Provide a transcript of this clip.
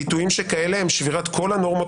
ביטויים שכאלה הם שבירת כל הנורמות